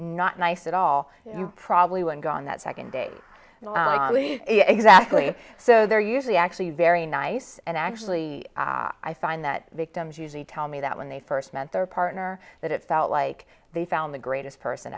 not nice at all probably one gone that second date exactly so they're usually actually very nice and actually i find that victims usually tell me that when they first met their partner that it felt like they found the greatest person